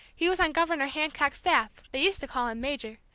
he was on governor hancock's staff. they used to call him major.